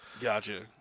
Gotcha